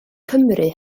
cymru